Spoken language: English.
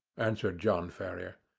answered john ferrier.